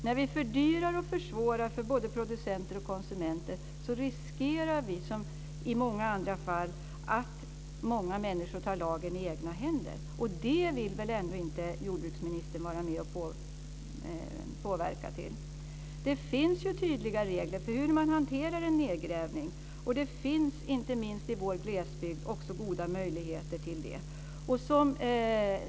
När vi fördyrar och försvårar för både producenter och konsumenter riskerar vi, som i många andra fall, att många människor tar lagen i egna händer. Det vill väl ändå inte jordbruksministern vara med och bidra till? Det finns tydliga regler för hur en nedgrävning ska hanteras. Det finns också, inte minst i vår glesbygd, goda möjligheter till det.